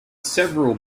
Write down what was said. several